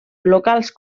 locals